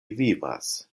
vivas